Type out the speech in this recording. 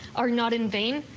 are not in vain.